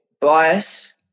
bias